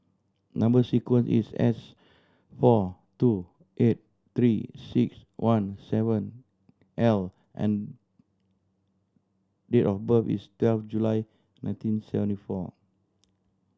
number sequence is S four two eight Three Six One seven L and date of birth is twelve July nineteen seventy four